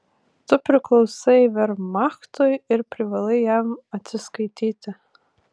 tu priklausai vermachtui ir privalai jam atsiskaityti